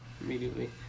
immediately